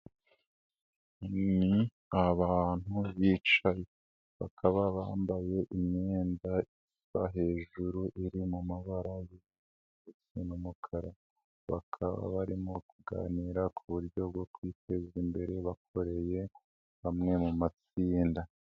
Ni abantu bicaye bakaba bambaye imyenda iva hejuru iri mu mabara y'umukara, bakaba barimo kuganira ku buryo bwo kwiteza imbere bakoreye hamwe mu matsinda.